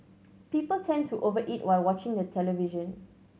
people tend to over eat while watching the television